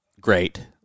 great